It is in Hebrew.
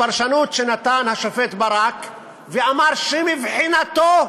הפרשנות שנתן השופט ברק, שאמר שמבחינתו-הוא,